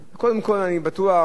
אני בטוח שמתוך,